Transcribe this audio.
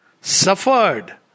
Suffered